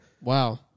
wow